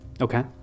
Okay